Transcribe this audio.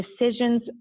decisions